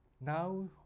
Now